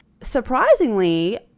Surprisingly